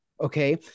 okay